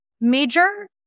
major